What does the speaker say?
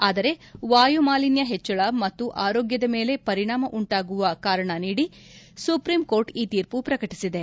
ಆದರೆ ವಾಯುಮಾಲಿನ್ಯ ಹೆಚ್ಚಳ ಮತ್ತು ಆರೋಗ್ಯದ ಮೇಲೆ ಪರಿಣಾಮ ಉಂಟಾಗುವ ಕಾರಣ ನೀದಿ ಸುಪ್ರೀಂ ಕೋರ್ಟ್ ಈ ತೀರ್ಪು ಪ್ರಕಟಿಸಿದೆ